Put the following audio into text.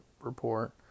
report